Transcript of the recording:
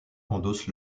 endosse